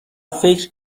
فکر